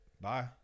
Bye